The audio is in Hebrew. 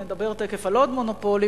ותיכף נדבר על עוד מונופולים,